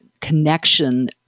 connection